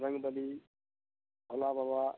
Bajrang Bali Bhola Baba